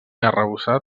arrebossat